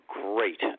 great